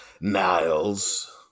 Niles